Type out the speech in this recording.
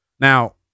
Now